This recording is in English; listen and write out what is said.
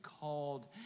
called